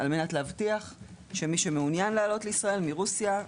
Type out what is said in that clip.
כדי להבטיח שמי שמעוניין לעלות לישראל מרוסיה,